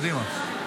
קדימה.